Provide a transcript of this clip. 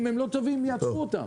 אם הם לא טובים, יעצרו אותם.